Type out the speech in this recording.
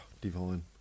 divine